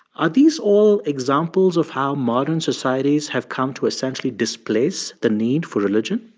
are these all examples of how modern societies have come to essentially displace the need for religion?